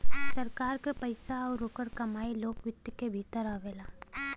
सरकार क पइसा आउर ओकर कमाई लोक वित्त क भीतर आवेला